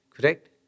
Correct